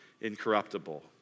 incorruptible